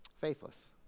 Faithless